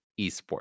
eSports